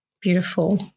beautiful